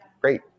great